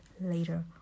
later